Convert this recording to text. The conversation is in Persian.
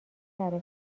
سرکار